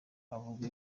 uvuga